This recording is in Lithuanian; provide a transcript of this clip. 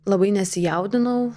labai nesijaudinau